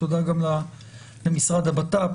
תודה גם למשרד הבט"פ,